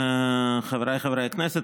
חבריי חברי הכנסת,